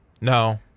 No